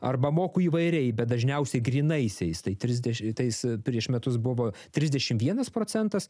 arba moku įvairiai bet dažniausiai grynaisiais tai trisdešitais prieš metus buvo trisdešimt vienas procentas